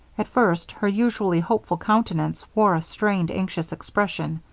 at first, her usually hopeful countenance wore a strained, anxious expression,